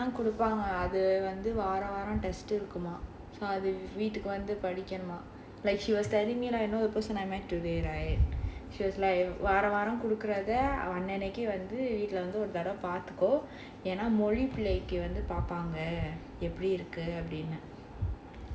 கொடுப்பாங்க அது வந்து வார வாரம்:kodupaanga adhu vandhu vara vaaram test இருக்குமாம் வீட்டுக்கு வந்து படிக்கணுமாம்:irukkumaam veetukku vandhu padikanumam like she was telling me you know the person I met today right she was like வார வாரம் கொடுக்குறது வீட்ல வந்து பார்த்துக்கோ ஏனா மொழிப்பிழை வந்து பார்ப்பாங்க எப்படி இருக்கு அப்டினு:vara vaaram koduthukuratha veetla vandhu paarthukko yaenaa molippizhai vandhu paarpaanga epdi iruku apdinu